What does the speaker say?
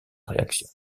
réaction